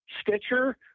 Stitcher